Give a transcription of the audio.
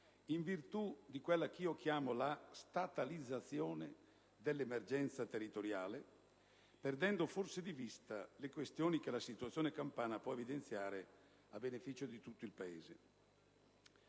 in virtù di quella che chiamo "statalizzazione" dell'emergenza territoriale, perdendo forse di vista le questioni che la situazione campana può evidenziare a beneficio dì tutto il Paese.